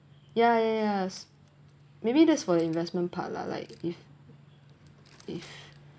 ya ya ya maybe that's for investment part lah like if if